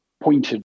pointed